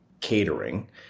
catering